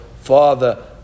father